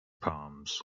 palms